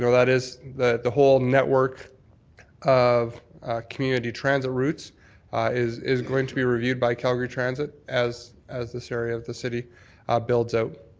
you know that is the the whole network of community transit routes is is going to be reviewed by calgary transit as as this area of the city builds out